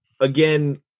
again